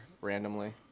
randomly